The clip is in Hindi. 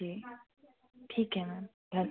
जी ठीक है मैम धन